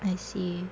I see